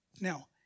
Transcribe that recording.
Now